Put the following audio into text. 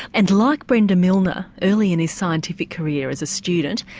and like brenda milner, early in his scientific career as a student,